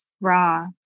raw